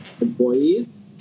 employees